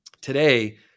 Today